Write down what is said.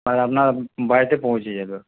আপনার বাড়িতে পৌঁছে যাবে